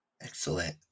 Excellent